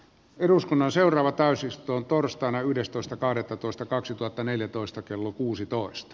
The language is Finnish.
eduskunnan seuraavat pääsystä torstaina yhdestoista kahdettatoista kaksituhattaneljätoista kello kuusitoista